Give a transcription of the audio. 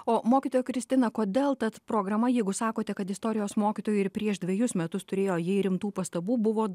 o mokytoja kristina kodėl tad programa jeigu sakote kad istorijos mokytojai ir prieš dvejus metus turėjo jai rimtų pastabų buvo